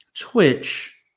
Twitch